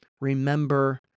Remember